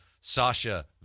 Sasha